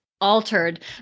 altered